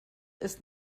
ist